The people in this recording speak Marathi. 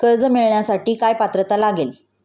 कर्ज मिळवण्यासाठी काय पात्रता लागेल?